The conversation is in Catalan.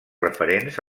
referents